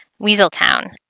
Weaseltown